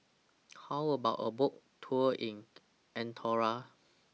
How about A Boat Tour in Andorra